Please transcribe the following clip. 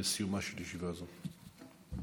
לסיומה של ישיבה זו.